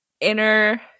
inner